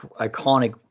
iconic